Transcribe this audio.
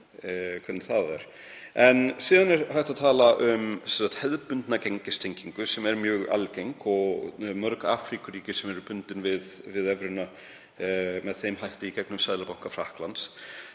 er. Síðan er hægt að tala um hefðbundna gengistengingu sem er mjög algeng og mörg Afríkuríki sem eru bundin við evruna með þeim hætti í gegnum Seðlabanka Frakklands.